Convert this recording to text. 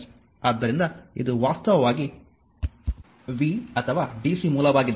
ಆದ್ದರಿಂದ ಇದು ವಾಸ್ತವವಾಗಿ v ಅಥವಾ DC ಮೂಲವಾಗಿದೆ